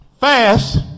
fast